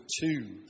two